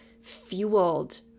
fueled